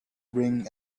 bring